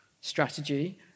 strategy